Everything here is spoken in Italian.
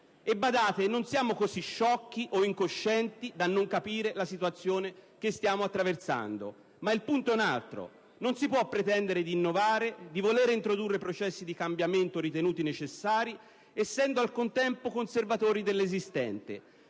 Badate che non siamo così sciocchi o incoscienti da non capire la situazione che stiamo attraversando. Il punto, però, è un altro: non si può pretendere di innovare, di voler introdurre processi di cambiamento ritenuti necessari essendo al contempo conservatori dell'esistente.